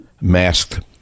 masked